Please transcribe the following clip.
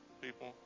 people